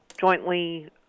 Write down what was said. jointly